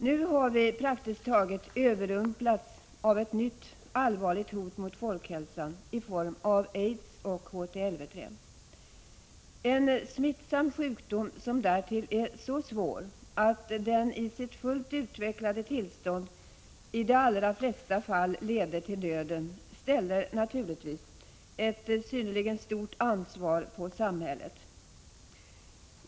Nu har vi praktiskt taget överrumplats av ett nytt, allvarligt hot mot folkhälsan i form av aids och HTLV-III. En smittsam sjukdom, som därtill är så svår att den i sitt fullt utvecklade tillstånd i de allra flesta fall leder till döden, ställer naturligtvis ett synnerligen stort ansvar på samhället.